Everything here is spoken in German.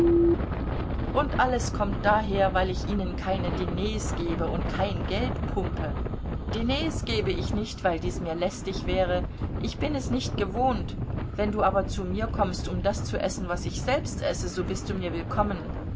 und alles kommt daher weil ich ihnen keine diners gebe und kein geld pumpe diners gebe ich nicht weil dies mir lästig wäre ich bin es nicht gewohnt wenn du aber zu mir kommst um das zu essen was ich selbst esse so bist du mir willkommen